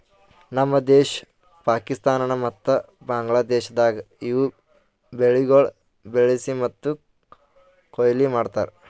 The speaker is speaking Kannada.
ನಮ್ ದೇಶ, ಪಾಕಿಸ್ತಾನ ಮತ್ತ ಬಾಂಗ್ಲಾದೇಶದಾಗ್ ಇವು ಬೆಳಿಗೊಳ್ ಬೆಳಿಸಿ ಮತ್ತ ಕೊಯ್ಲಿ ಮಾಡ್ತಾರ್